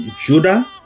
Judah